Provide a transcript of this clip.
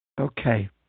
okay